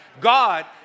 God